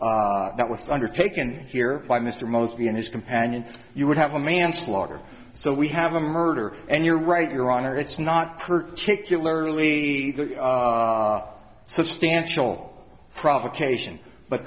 was undertaken here by mr mostly in his companion you would have a manslaughter so we have a murder and you're right your honor it's not particularly substantial provocation but